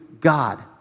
God